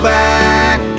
back